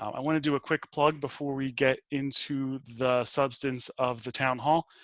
um i want to do a quick plug before we get into the substance of the town hall,